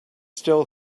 still